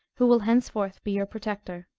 who will henceforth be your protector.